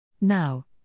Now